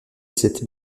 cette